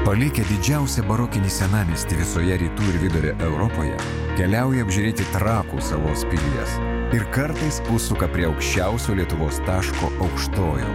palikę didžiausią barokinį senamiestį visoje rytų ir vidurio europoje keliauja apžiūrėti trakų salos pilies ir kartais užsuka prie aukščiausio lietuvos taško aukštojo